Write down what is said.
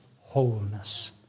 Wholeness